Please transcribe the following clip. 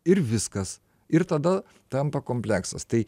ir viskas ir tada tampa kompleksas tai